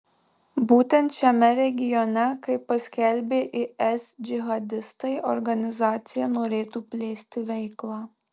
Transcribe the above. būtent šiame regione kaip paskelbė is džihadistai organizacija norėtų plėsti veiklą